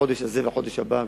בחודש הזה ובחודש הבא.